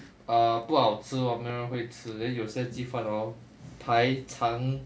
err 不好吃 hor 没有人会吃 then 有些鸡饭 hor 排长